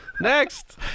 Next